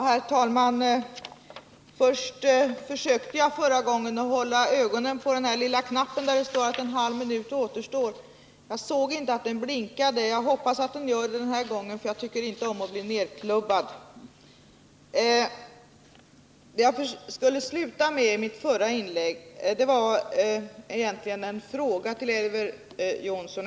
Herr talman! Jag försökte förra gången hålla ögonen på den lilla lampan här i bänken som skall ange att en halv minut av taletiden återstår, men jag såg inte att den blinkade. Jag hoppas att den gör det den här gången, för jag tycker inte om att bli avklubbad. Det jag skulle sluta mitt förra inlägg med var egentligen en fråga till Elver Jonsson.